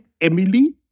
Emily